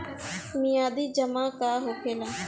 मियादी जमा का होखेला?